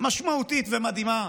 משמעותית ומדהימה